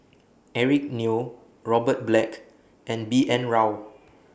Eric Neo Robert Black and B N Rao